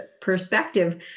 perspective